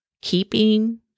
keeping